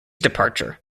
departure